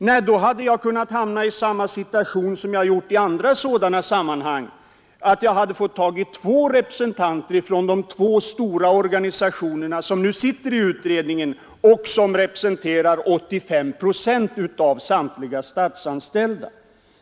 Nej, då hade jag kunnat hamna i samma situation som jag gjort i andra sådana sammanhang, att jag hade fått två representanter från var och en av de två stora organisationerna som deltar i utredningen och som representerar 80 procent av samtliga statsanställda.